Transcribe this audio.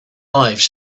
lives